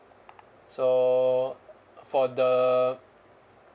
so for the